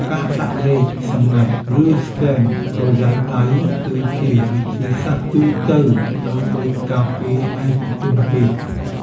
ការដាក់លេខសម្ងាត់ ឬស្កេនក្រយៅដៃ គឺជាវិធីសាស្ត្រទូទៅដើម្បីការពារឯកជនភាព។